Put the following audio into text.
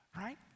Right